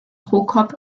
prokop